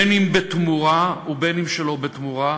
בין בתמורה ובין שלא בתמורה,